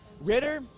Ritter